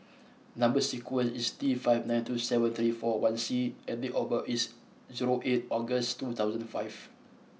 number sequence is T five nine two seven three four one C and date of birth is zero eight August two thousand five